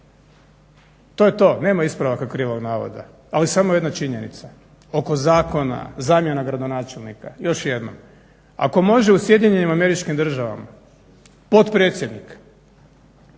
To je to, nema ispravaka krivog navoda, ali samo jedna činjenica oko zakona, zamjena gradonačelnika. Još jednom, ako može u Sjedinjenim Američkim Državama potpredsjednik